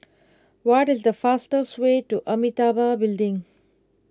what is the fastest way to Amitabha Building